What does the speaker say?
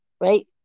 right